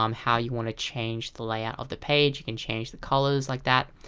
um how you want to change the layout of the page. you can change the colors like that,